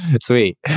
sweet